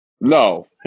No